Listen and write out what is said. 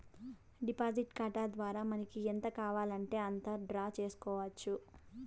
deposit ఖాతా ద్వారా మనకి ఎంత కావాలంటే అంత డ్రా చేసుకోవచ్చు